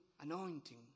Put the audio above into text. anointing